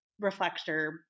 reflector